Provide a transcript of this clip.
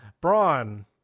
braun